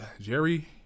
Jerry